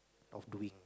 of doing